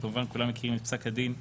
וכמובן כולם מכירים את פסק הדין בבג"ץ,